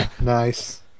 Nice